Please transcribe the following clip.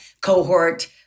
cohort